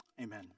Amen